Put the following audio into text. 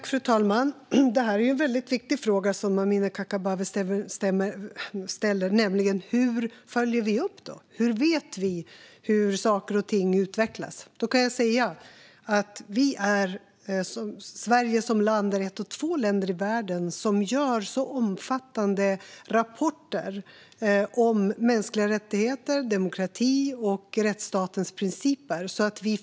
Fru talman! Amineh Kakabaveh ställer en viktig fråga, nämligen: Hur följer vi upp? Hur vet vi hur saker och ting utvecklas? Som svar kan jag säga att Sverige är ett av två länder i världen som gör omfattande rapporter om mänskliga rättigheter, demokrati och rättsstatens principer.